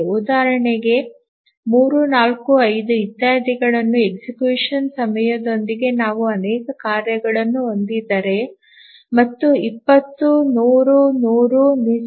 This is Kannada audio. ಉದಾಹರಣೆಗೆ 3 4 5 ಇತ್ಯಾದಿಗಳ execution ಸಮಯದೊಂದಿಗೆ ನಾವು ಅನೇಕ ಕಾರ್ಯಗಳನ್ನು ಹೊಂದಿದ್ದರೆ ಮತ್ತು 20 100100